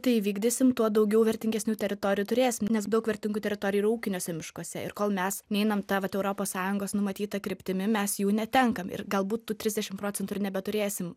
tai įvykdysim tuo daugiau vertingesnių teritorijų turėsim nes daug vertingų teritorijų yra ūkiniuose miškuose ir kol mes neinam ta vat europos sąjungos numatyta kryptimi mes jų netenkam ir galbūt tų trisdešim procentų nebeturėsim